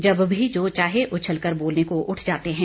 जब भी जो चाहे उछलकर बोलने उठ जाते हैं